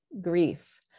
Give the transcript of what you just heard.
grief